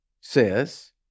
says